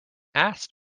asked